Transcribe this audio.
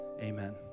amen